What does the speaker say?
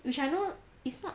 which I know it's not